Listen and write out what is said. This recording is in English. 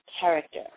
character